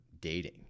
dating